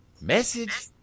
Message